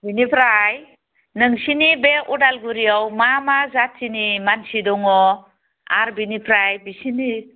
बिनिफ्राय नोंसिनि बे उदालगुरियाव मा मा जाथिनि मानसि दङ आरो बिनिफ्राय बिसिनि